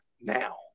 now